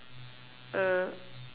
a